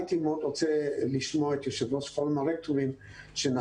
הייתי מאוד רוצה לשמוע את יושב ראש פורום הרקטורים שאתמול